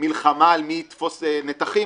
-- מלחמה על מי יתפוס נתחים,